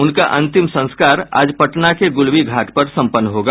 उनका अंतिम संस्कार आज पटना के गुलबी घाट पर सम्पन्न होगा